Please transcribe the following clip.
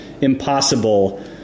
impossible